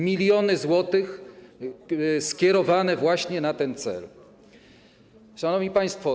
Miliony złotych skierowano właśnie na ten cel. Szanowni Państwo!